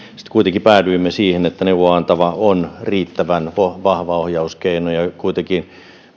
sitten kuitenkin päädyimme siihen että neuvoa antava on riittävän vahva ohjauskeino ja kuitenkin